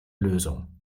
lösung